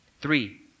Three